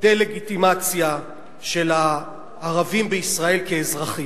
דה-לגיטימציה של הערבים בישראל כאזרחים,